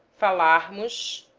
falarmos